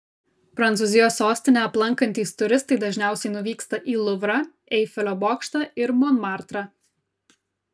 prancūzijos sostinę aplankantys turistai dažniausiai nuvyksta į luvrą eifelio bokštą ir monmartrą